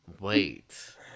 wait